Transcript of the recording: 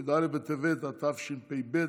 י"א בטבת התשפ"ב,